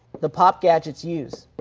the pop gadgets use.